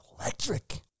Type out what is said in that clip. electric